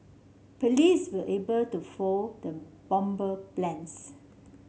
police were able to foil the bomber plans